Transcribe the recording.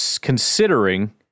considering